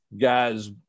guys